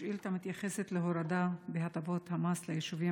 השאילתה מתייחסת להורדה בהטבות המס ליישובים